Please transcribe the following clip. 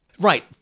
Right